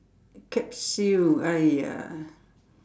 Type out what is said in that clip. capsule !aiya!